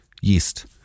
yeast